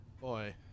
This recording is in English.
Boy